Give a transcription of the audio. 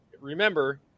remember